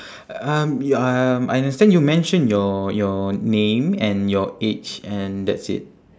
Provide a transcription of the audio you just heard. um you um I understand you mention your your name and your age and that's it